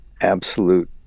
absolute